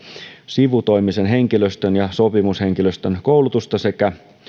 sivutoimisen henkilöstön ja sopimushenkilöstön koulutusta sekä